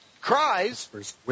cries